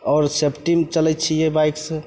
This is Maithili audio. आओर सेफ्टीमे चलै छिए बाइकसे